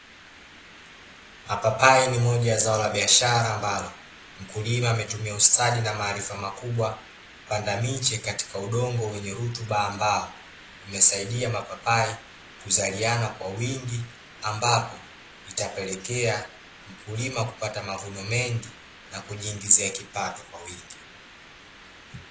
Mapapai ni moja ya zao la biashara ambalo, mkulima ametumia ustadi na maarifa makubwa , kupanda miche katika udongo wenye rutuba ambao, umesaidia mapapai kuzaliana kwa wingi, ambapo, itapelekea mkulima kupata mavuno mengi , na kujiingizia kipato kwa wingi.